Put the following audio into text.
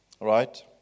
right